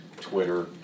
Twitter